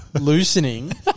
Loosening